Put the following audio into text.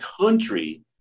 country